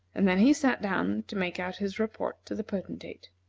and then he sat down to make out his report to the potentate.